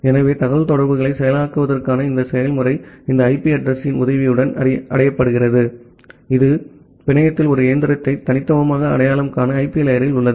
ஆகவே தகவல்தொடர்புகளை செயலாக்குவதற்கான இந்த செயல்முறை இந்த ஐபி அட்ரஸ் யின் உதவியுடன் அடையப்படுகிறது இது பிணையத்தில் ஒரு இயந்திரத்தை தனித்துவமாக அடையாளம் காண ஐபி லேயரில் உள்ளது